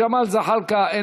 ג'מאל זחאלקה,